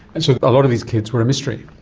and so a lot of these kids were a mystery.